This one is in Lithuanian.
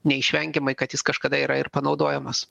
neišvengiamai kad jis kažkada yra ir panaudojamas